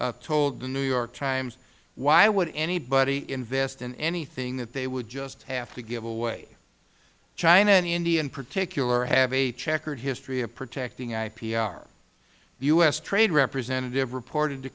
has told the new york times why would anybody invest in anything that they would just have to give away china and india in particular have a checkered history of protecting ipr the u s trade representative reported t